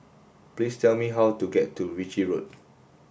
please tell me how to get to Ritchie Road